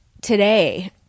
today